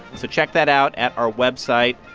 so check that out at our website.